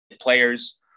players